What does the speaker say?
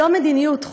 זו מדיניות חוץ?